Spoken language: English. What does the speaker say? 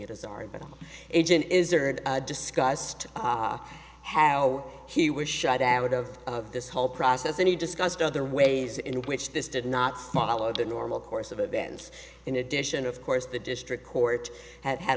it as our agent is discussed how he was shut out of this whole process and he discussed other ways in which this did not smaller the normal course of events in addition of course the district court had had